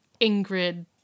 Ingrid